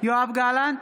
יואב גלנט,